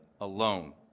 alone